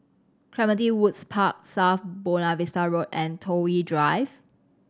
Clementi Woods Park South Buona Vista Road and Toh Yi Drive